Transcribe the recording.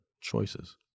choices